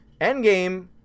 Endgame